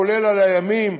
כולל על הימים,